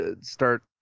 start